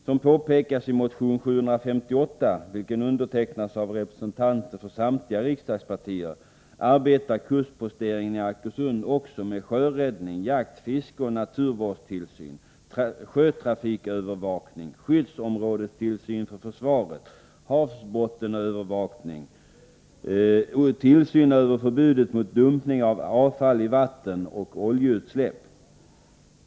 Som påpekas i motion 758, vilken undertecknats av representanter för samtliga riksdagspartier, arbetar kustposteringen i Arkösund också med sjöräddning, jakt-, fiskeoch naturvårdstillsyn, sjötrafikövervakning, skyddsområdestillsyn för försvaret, havsbottenövervakning, tillsyn över förbudet mot dumpning av avfall i vatten och oljeutsläpp.